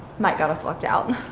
mike got us locked out.